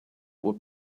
would